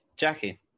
Jackie